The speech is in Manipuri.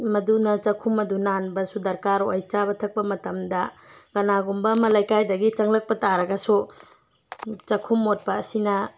ꯃꯗꯨꯅ ꯆꯥꯛꯈꯨꯝ ꯑꯗꯨ ꯅꯥꯟꯕꯁꯨ ꯗꯔꯀꯥꯔ ꯑꯣꯏ ꯆꯥꯕ ꯊꯛꯄ ꯃꯇꯝꯗ ꯀꯅꯥꯒꯨꯝꯕ ꯑꯃ ꯂꯩꯀꯥꯏꯗꯒꯤ ꯆꯪꯂꯛꯄ ꯇꯥꯔꯒꯁꯨ ꯆꯥꯛꯈꯨꯝ ꯃꯣꯠꯄ ꯑꯁꯤꯅ